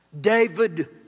David